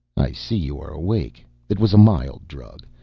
i see you are awake. it was a mild drug.